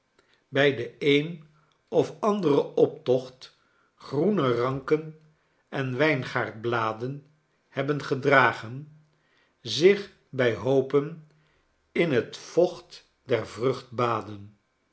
bij den een of anderen optocht groene ranken en wijngaardbladen hebbende gedragen zich bij hoopen in het vocht der